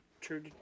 true